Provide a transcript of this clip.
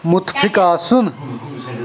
مُتفِق آسُن